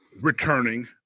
returning